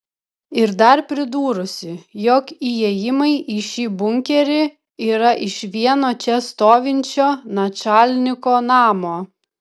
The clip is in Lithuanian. ir dar pridūrusi jog įėjimai į šį bunkerį yra iš vieno čia stovinčio načalniko namo